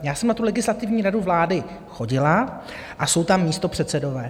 Já jsem na tu Legislativní radu vlády chodila a jsou tam místopředsedové.